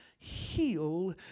heal